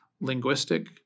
linguistic